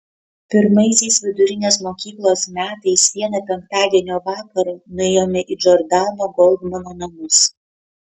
pirmaisiais vidurinės mokyklos metais vieną penktadienio vakarą nuėjome į džordano goldmano namus